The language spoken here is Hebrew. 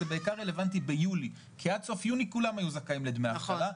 זה בעיקר רלוונטי ביולי כי עד סוף יוני כולם היו זכאים לדמי אבטלה,